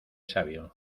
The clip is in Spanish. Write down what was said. sabio